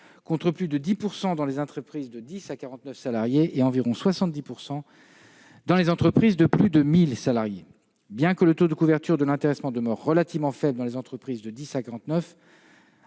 contre plus de 10 % dans les entreprises de dix à quarante-neuf salariés et environ 70 % dans les entreprises de plus de 1 000 salariés. Bien que le taux de couverture de l'intéressement demeure relativement faible dans les entreprises de dix à